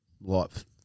life